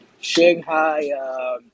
Shanghai